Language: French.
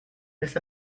laisse